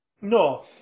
No